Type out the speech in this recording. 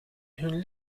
hun